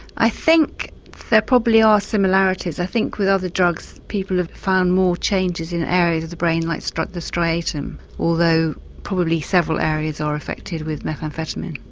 i think there probably are similarities, i think with other drugs people have found more changes in areas of the brain like the striatum although probably several areas are affected with methamphetamine.